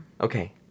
Okay